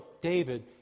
David